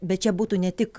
bet čia būtų ne tik